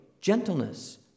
gentleness